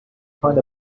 find